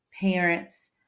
parents